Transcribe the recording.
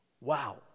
Wow